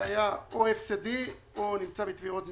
זה היה או הפסדי או נמצא בתביעות משפטיות.